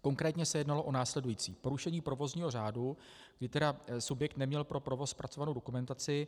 Konkrétně se jednalo o následující: porušení provozního řádu, kdy subjekt neměl pro provoz zpracovanou dokumentaci.